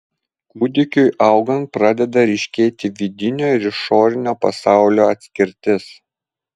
kūdikiui augant pradeda ryškėti vidinio ir išorinio pasaulio atskirtis